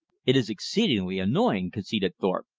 it is exceedingly annoying, conceded thorpe,